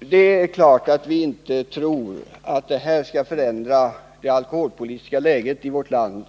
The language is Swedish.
Det är klart att vi inte tror att detta omedelbart skall förändra det alkoholpolitiska läget i vårt land.